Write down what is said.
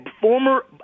former